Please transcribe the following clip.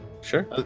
Sure